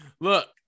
look